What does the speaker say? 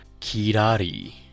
Kirari